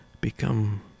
become